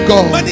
God